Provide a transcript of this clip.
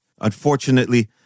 unfortunately